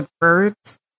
birds